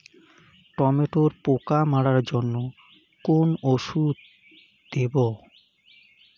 টমেটোর পোকা মারার জন্য কোন ওষুধ দেব?